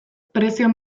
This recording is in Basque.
prezio